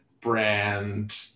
brand